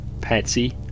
Patsy